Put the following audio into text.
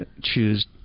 choose